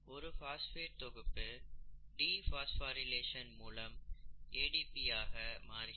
ஒரு பாஸ்பேட் தொகுப்பு டிபாஸ்போரிலேஷன் மூலம் ADP ஆக மாறுகிறது